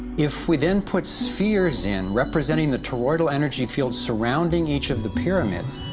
if we then put spheres in representing the toroidal energy field surrounding each of the pyramids